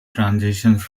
transitions